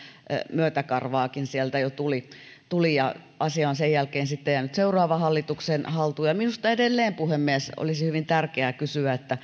myötäkarvaakin sieltä jo tuli tuli asia on sen jälkeen jäänyt seuraavan hallituksen haltuun ja minusta edelleen puhemies olisi hyvin tärkeää kysyä